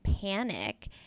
panic